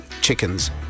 chickens